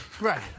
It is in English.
Right